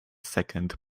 second